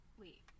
wait